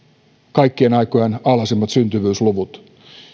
kaikkien aikojen alhaisimmat syntyvyysluvut